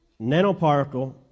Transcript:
Nanoparticle